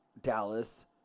Dallas